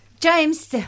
James